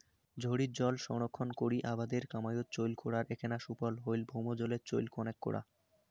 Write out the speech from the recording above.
ঝড়ির জল সংরক্ষণ করি আবাদের কামাইয়ত চইল করার এ্যাকনা সুফল হইল ভৌমজলের চইল কণেক করা